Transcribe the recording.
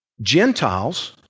Gentiles